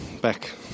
back